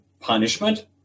punishment